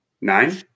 Nine